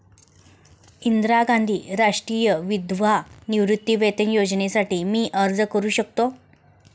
इंदिरा गांधी राष्ट्रीय विधवा निवृत्तीवेतन योजनेसाठी मी अर्ज करू शकतो?